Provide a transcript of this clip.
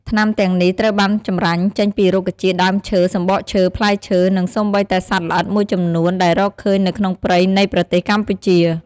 ថ្នាំទាំងនេះត្រូវបានចម្រាញ់ចេញពីរុក្ខជាតិ ដើមឈើ សំបកឈើ ផ្លែឈើ និងសូម្បីតែសត្វល្អិតមួយចំនួនដែលរកឃើញនៅក្នុងព្រៃនៃប្រទេសកម្ពុជា។